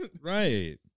right